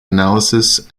analysis